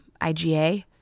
IgA